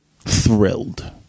Thrilled